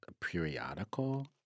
periodical